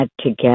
together